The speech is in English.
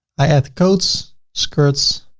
i add coats, skirts,